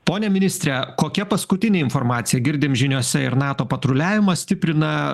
pone ministre kokia paskutinė informacija girdim žiniose ir nato patruliavimą stiprina